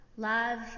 Love